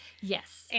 Yes